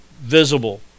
visible